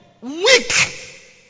Weak